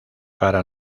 para